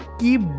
keep